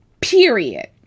period